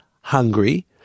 hungry